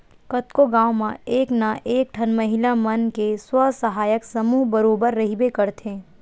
कतको गाँव म एक ना एक ठन महिला मन के स्व सहायता समूह बरोबर रहिबे करथे